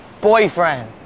Boyfriend